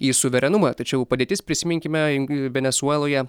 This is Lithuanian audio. į suverenumą tačiau padėtis prisiminkime venesueloje